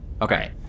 Okay